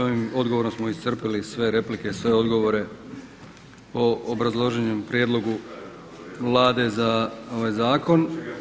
Ovim odgovorom smo iscrpili sve replike, sve odgovore o obrazloženom prijedlogu Vlade za ovaj zakon.